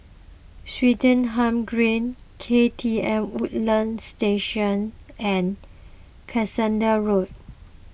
Swettenham Green K T M Woodlands Station and Cuscaden Road